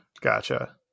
gotcha